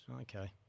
Okay